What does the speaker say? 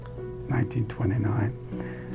1929